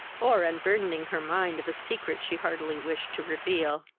or unburthening her mind of a secret she heartily wished to reveal.